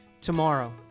tomorrow